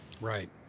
Right